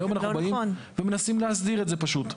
היום אנחנו באים ומנסים להסדיר את זה פשוט,